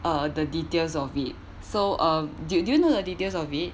uh the details of it so uh do you do you know the details of it